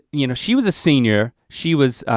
you know, she was a senior, she was,